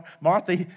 Martha